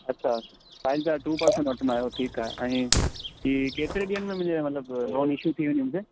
अच्छा फ़ाइल जा two percent वठंदा आहियो ठीकु आहे ऐं हीअ केतिरे ॾींहनि में मिले मतिलब लोन इशू थी वञे मूंखे